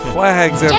Flags